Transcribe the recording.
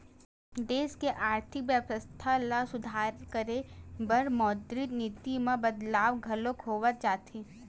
देस के आरथिक बेवस्था ल सुधार करे बर मौद्रिक नीति म बदलाव घलो होवत जाथे